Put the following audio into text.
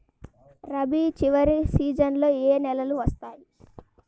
రబీ చివరి సీజన్లో ఏ నెలలు వస్తాయి?